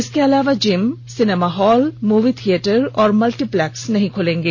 इसके अलावा gym cinema hall movie theatre और मल्टीप्लैक्स नहीं खुलेंगे